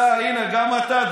הינה, גם אתה.